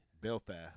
Belfast